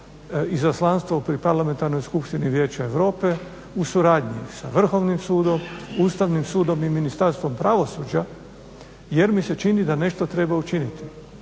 Izaslanstvo pri Parlamentarnoj skupštini Vijeća Europe u suradnji sa Vrhovnim sudom, Ustavnim sudom i Ministarstvom pravosuđa jer mi se čini da nešto treba učiniti.